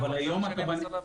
זה מה שאני מנסה להבין.